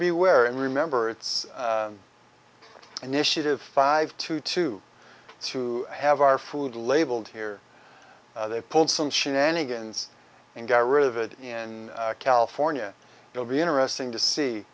beware and remember it's initiative five to two to have our food labeled here they pulled some shenanigans and got rid of it in california it will be interesting to see